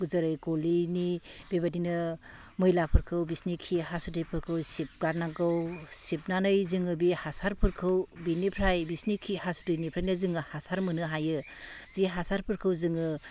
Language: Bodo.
जेरै गलिनि बेबायदिनो मैलाफोरखौ बिसिनि खि हासुदैफोरखौ सिबगारनांगौ सिबनानै जोङो बे हासारफोरखौ बिनिफ्राय बिसिनि खि हासुदैनिफ्रायनो जोङो हासार मोननो हायो जे हासारफोरखौ जोङो